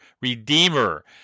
redeemer